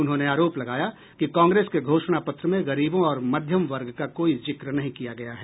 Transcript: उन्होंने आरोप लगाया कि कांग्रेस के घोषणा पत्र में गरीबों और मध्यम वर्ग का कोई जिक्र नहीं किया गया है